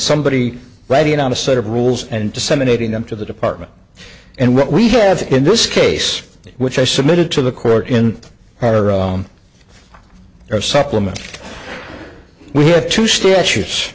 somebody writing on a set of rules and disseminating them to the department and what we have in this case which i submitted to the court in order or supplement we have two statutes